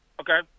Okay